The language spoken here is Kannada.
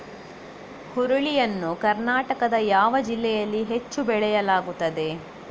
ಹುರುಳಿ ಯನ್ನು ಕರ್ನಾಟಕದ ಯಾವ ಜಿಲ್ಲೆಯಲ್ಲಿ ಹೆಚ್ಚು ಬೆಳೆಯಲಾಗುತ್ತದೆ?